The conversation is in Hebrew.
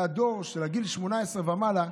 והדור של גיל 18 ומעלה,